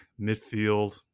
midfield